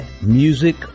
Music